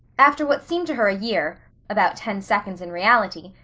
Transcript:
after what seemed to her a year. about ten seconds in reality.